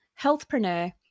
healthpreneur